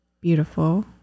beautiful